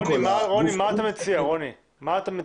מה אתה מציע?